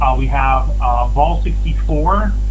um we have vol sixty four,